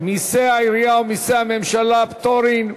מסי העירייה ומסי הממשלה (פטורין)